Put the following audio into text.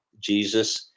jesus